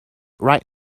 right